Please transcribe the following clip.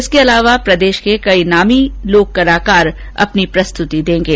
इसके अलावा प्रदेश के कई नामी लोककलाकार अपनी प्रस्तुति देंगे